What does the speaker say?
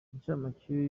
inshamake